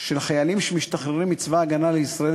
של חיילים שמשתחררים מצבא ההגנה לישראל